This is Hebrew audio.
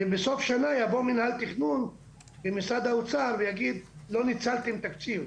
ובסוף שנה יבוא מינהל תכנון ומשרד האוצר ויגיד שלא ניצלנו תקציב.